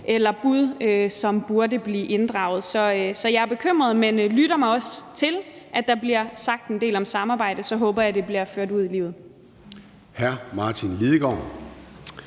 eller bud, som burde blive inddraget. Så jeg er bekymret, men lytter mig også til, at der bliver sagt en del om samarbejde, og så håber jeg, det bliver ført ud i livet.